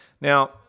Now